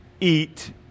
Eat